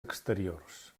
exteriors